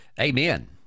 amen